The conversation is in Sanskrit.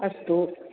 अस्तु